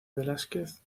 velásquez